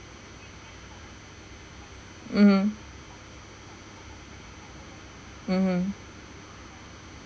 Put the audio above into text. mmhmm mmhmm